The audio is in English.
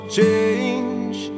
change